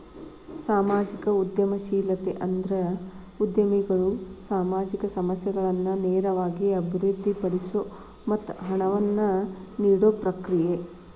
ಸಾಮಾಜಿಕ ಉದ್ಯಮಶೇಲತೆ ಅಂದ್ರ ಉದ್ಯಮಿಗಳು ಸಾಮಾಜಿಕ ಸಮಸ್ಯೆಗಳನ್ನ ನೇರವಾಗಿ ಅಭಿವೃದ್ಧಿಪಡಿಸೊ ಮತ್ತ ಹಣವನ್ನ ನೇಡೊ ಪ್ರಕ್ರಿಯೆ